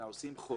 אלא עושים חוק,